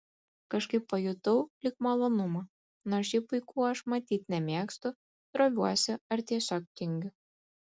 kažkaip pajutau lyg malonumą nors šiaip vaikų aš matyt nemėgstu droviuosi ar tiesiog tingiu